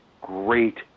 great